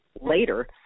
later